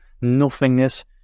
nothingness